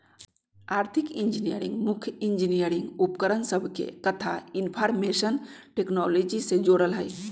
आर्थिक इंजीनियरिंग मुख्य इंजीनियरिंग उपकरण सभके कथा इनफार्मेशन टेक्नोलॉजी से जोड़ल हइ